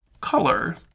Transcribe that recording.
color